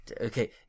Okay